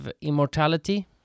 immortality